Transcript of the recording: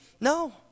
No